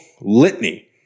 litany